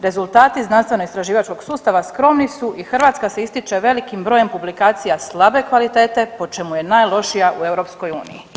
Rezultati znanstveno istraživačkog sustava skromni su i Hrvatska se ističe velikim brojem publikacija slabe kvalitete po čemu je najlošija u EU.